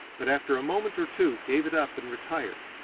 but after a moment or two gave it up and retired.